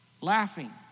Laughing